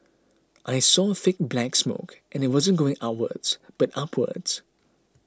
I saw thick black smoke and it wasn't going outwards but upwards